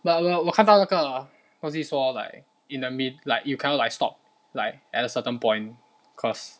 but 我我我看到那个 haziq 说 like in the mid~ like you cannot like stop like at a certain point cause